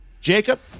Jacob